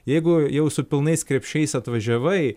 jeigu jau su pilnais krepšiais atvažiavai